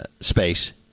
space